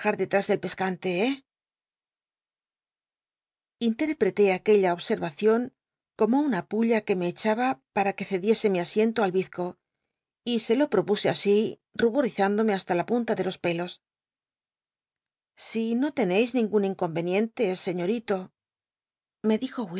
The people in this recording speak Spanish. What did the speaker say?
detrás del pescante eh intérprete aquella obsc mcion como una pulla que me echaba para que cediese mi asiento al rizco y se lo jli'opuse así ruborizándome hasta la punta de los pelos si no tcncis ningun inconycnientc señorito me dijo